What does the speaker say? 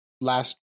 last